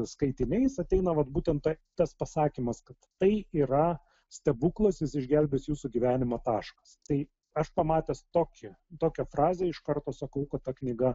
skaitiniais ateina vat būtent ta tas pasakymas kad tai yra stebuklas jis išgelbės jūsų gyvenimą taškas tai aš pamatęs tokį tokią frazę iš karto sakau kad ta knyga